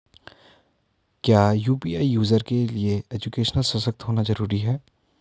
क्या UPI user के लिए एजुकेशनल सशक्त होना जरूरी है?